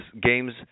games